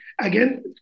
again